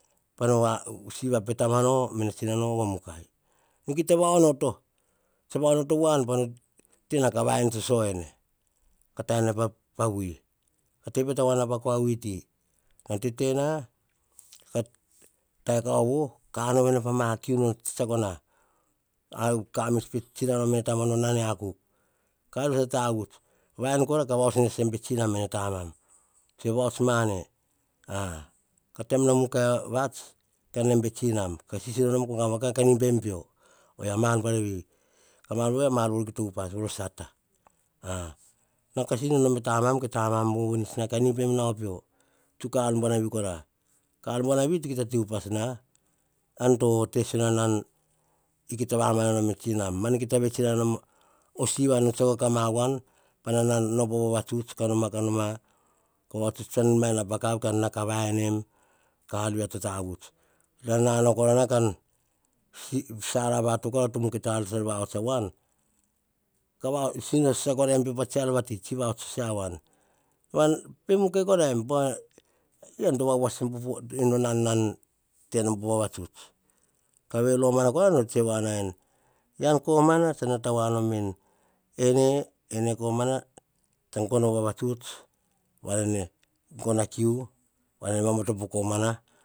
Pa nava o siva pe tamano mene tsinano va mukai. Va ki ta va onoto, tsa va onoto wan pa tena ka vain soso ene, ka tena pa vui. A teve te wa na pa kua vuiti, an tete na ka te kauvo, ka anovenei pa ma kiu no tse tsia ko na. Kamts me tsina no me ne tamano na ne akuk, ka arvia to tavuts, va yen koia ka woisai em pe tsinam me na tamam. Tsue va ots mane taim no mukai vats, haim e tsinam, sisino koraim ka gava gavaim ka imbem pio. Mar buar veni, ka mar buari kia ta upas voro sata. Na ka sisi no nom pe tamam ke tamam vovo nis na ka im nao pio, tsuk a ar buanavi kora. Ka ar buanavi kia ta upas na, an to te si nan nan i ki ta va ma na nom e tsinam. Ma ve ki kia ta vets inana nom o siva no tsiako ka wan, pan nan nan nau po vavatsuts ka noma, ka noma, po vavatsuts tsun a mena vakav kan naka vai em, ka vets te tavuts. Nana no kora nan na kan sara va to koa tomu ke ta ter vahots a wan, ka va sina ser koraim viu vats ar vati, tsi vahots sea van. Van pe mukai koraim voa ean to vavas en to nan nan te nom vavatsuts. Kave nomana koa nor tsi va nain, ean komana tsa na ta voa nom veni. Ene, ene komana, tangono vavatsuts, va nene gona kiu, va boko te komana